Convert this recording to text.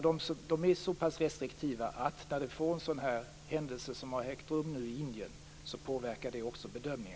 De är så pass restriktiva att det när det sker en händelse som den som nu har ägt rum i Indien självklart påverkar bedömningen.